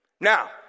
Now